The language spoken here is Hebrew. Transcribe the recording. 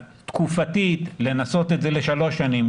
תקופתית לנסות את זה לשלוש שנים.